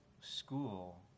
school